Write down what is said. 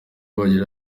bagira